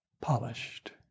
polished